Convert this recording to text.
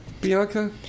Bianca